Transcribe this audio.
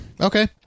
Okay